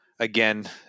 again